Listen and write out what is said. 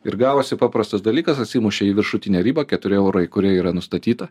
ir gavosi paprastas dalykas atsimušė į viršutinę ribą keturi eurai kurie yra nustatyta